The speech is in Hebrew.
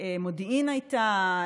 מודיעין הייתה,